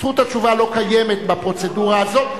זכות התשובה לא קיימת בפרוצדורה הזאת,